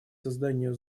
создания